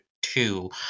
Two